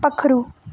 पक्खरु